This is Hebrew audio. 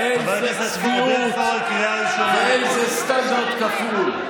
איזו צביעות ואיזה סטנדרט כפול.